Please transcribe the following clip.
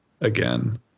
again